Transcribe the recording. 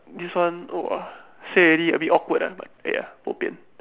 this one !whoa! say already a bit awkward ah but ya bo pian